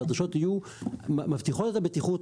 והדרישות יהיו מבטיחות את הבטיחות,